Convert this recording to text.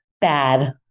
bad